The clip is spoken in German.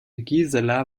gisela